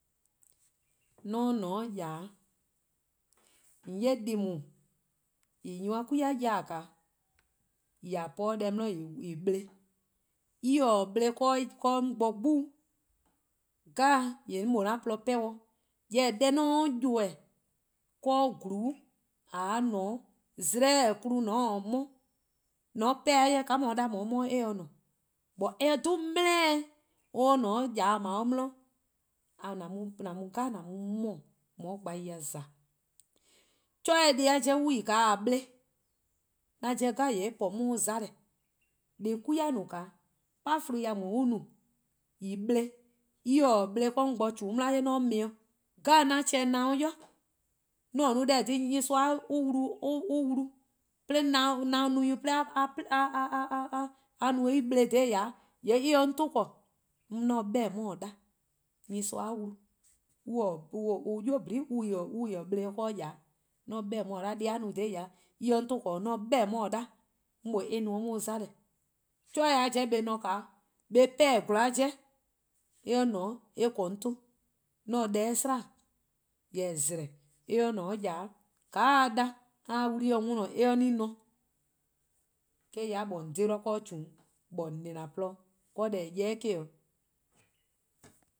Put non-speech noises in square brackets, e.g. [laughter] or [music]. :Mor 'on :ne 'de yard, :on 'ye deh+ :daa nyor+-a 'kwi-a ya-dih-a :naa :en 'a po-a 'de deh 'di :en 'ble-a, :mor en :taa 'ble 'de 'on bo 'gbu 'deh 'jeh :yee' 'mor :mlor 'an :porluh 'pehn-dih. Jorwor: deh 'on se-a :ybeh 'de :gluun, :mor a :ne 'de zleh :taa klu :mor :on :taa 'mo. :mor 'pehn-dih :ka :on 'ye-a 'da 'de :on 'ye-a 'mo ka se :ne. but :mor eh 'dhu dele-eh' eh :ne 'de yard :dao' 'di, :yee' :an mu 'mo-' deh 'jeh :on 'ye gben ya :za: 'chore deh+-a 'jeh :mo r on taa-ih ble, :yee' 'an 'jeh eh po 'on 'mona:. Deh+ 'kwi-a no-a, :chlee-deh+ 'fluh+ on no-a :en 'ble-a' :mor en :taa 'ble 'de 'on bo :chuu di :mor 'on 'ble-ih, deh 'jeh 'an :chehn 'nyinor :dhie', 'an-a' no deh :eh :korn dhih nyorsoa [hesitation] 'de [hesitation] a no-eh en ble dha yard, :yee' eh se 'on ton :korn, 'on se 'beh-dih: 'on 'ye :ao' 'da. Nyorsoa-a wlu [hesitation] :mor 'nynuu: :nyene [hesitation] ta-uh-a ble 'de yard 'on se 'beh-dih 'on 'ye :ao' deh a no-a dha yard eh se 'on 'ton :korn 'o 'on se 'beh-dih: on 'ye :ao' 'da, 'mor :mor eh no-dih 'on :mona'. 'Chore-a 'jeh :mor eh :ne 'o eh 'pehn-dih 'zorn :mor no :ao' eh :korn 'on 'ton, 'on se deh-' 'sla-dih:. Jorwor: :zleh, :mor eh :ne 'de yard, :ka a 'ye-a 'da 'd a 'ye-a wlu+-dih worn-dih eh se :ne. Eh-: 'ya 'de :mor :on :dhe-dih 'de :chuu 'di :on :na-dih :porluh-dih, deh :eh ya-rh 'de :eh-: 'o.